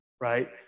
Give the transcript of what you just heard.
right